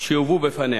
שיובאו בפניה.